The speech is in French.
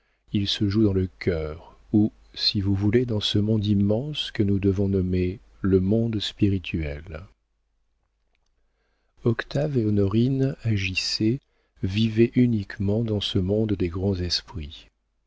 ils se jouent dans le cœur ou si vous voulez dans ce monde immense que nous devons nommer le monde spirituel octave et honorine agissaient vivaient uniquement dans ce monde des grands esprits